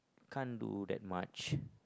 can't do that much